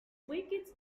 wickets